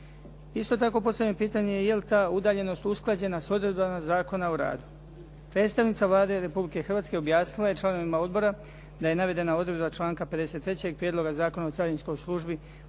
Isto tako postavljeno je pitanje jeli ta udaljenost usklađena s odredbama Zakona o radu. Predstavnica Vlade Republike Hrvatske objasnila je članovima odbora, da je navedena odredba članka 53. Prijedloga Zakona o carinskoj službi